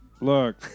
Look